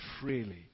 freely